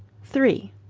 three